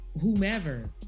whomever